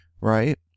right